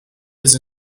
his